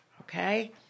Okay